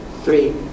Three